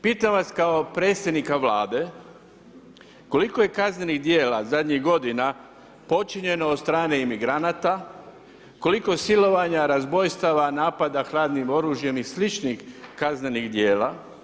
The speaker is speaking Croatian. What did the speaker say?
Pitam vas kao predsjednika Vlade koliko je kaznenih djela zadnjih godina počinjeno od strane imigranata, koliko silovanja, razbojstava, napada hladnim oružjem i sl. kaznenih djela?